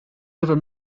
never